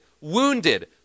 wounded